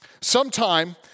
Sometime